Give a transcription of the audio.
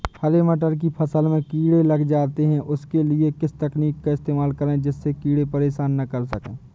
हरे मटर की फसल में कीड़े लग जाते हैं उसके लिए किस तकनीक का इस्तेमाल करें जिससे कीड़े परेशान ना कर सके?